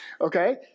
okay